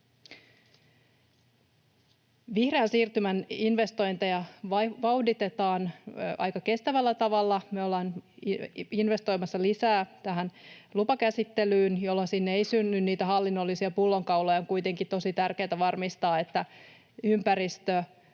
Vihreän siirtymän investointeja vauhditetaan aika kestävällä tavalla. Me ollaan investoimassa lisää tähän lupakäsittelyyn, jolloin sinne ei synny niitä hallinnollisia pullonkauloja. On kuitenkin tosi tärkeätä varmistaa, että ympäristöarvoista